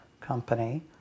company